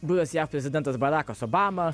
buvęs jav prezidentas barakas obama